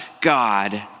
God